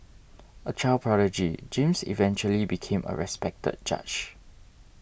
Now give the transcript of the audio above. a child prodigy James eventually became a respected judge